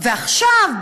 ועכשיו,